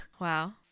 Wow